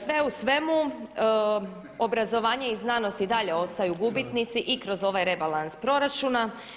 Sve u svemu, obrazovanje i znanost i dalje ostaju gubitnici i kroz ovaj rebalans proračuna.